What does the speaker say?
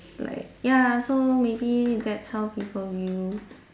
like ya so maybe that's how people view